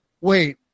wait